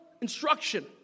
instruction